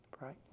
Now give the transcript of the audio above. Right